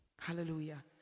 Hallelujah